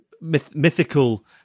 mythical